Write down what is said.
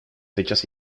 fechas